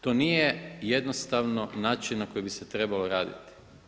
To nije jednostavno način na koji bi se trebalo raditi.